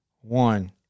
one